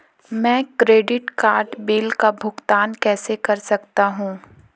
मैं credit card bill का भुगतान कैसे कर सकता हूं?